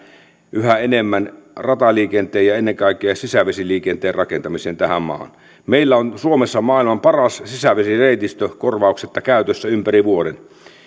yhä enemmän rataliikenteen ja ennen kaikkea sisävesiliikenteen rakentamiseen tähän maahan meillä on suomessa maailman paras sisävesireitistö korvauksetta käytössä ympäri vuoden